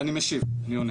אז אני משיב, אני עונה.